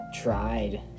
tried